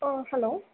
hello